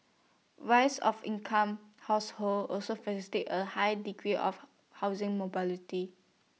rise of incomes household also facilitated A high degree of housing mobility